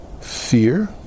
fear